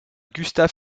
gustave